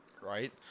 Right